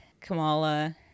Kamala